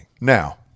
Now